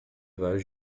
vários